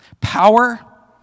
power